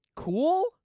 Cool